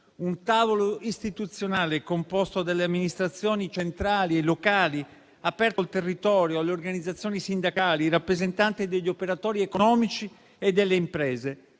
un tavolo istituzionale composto dalle amministrazioni centrali e locali aperto al territorio, alle organizzazioni sindacali e ai rappresentanti degli operatori economici e delle imprese.